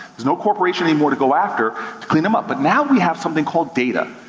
there's no corporation anymore to go after to clean them up. but now, we have something called data.